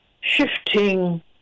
shifting